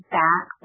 back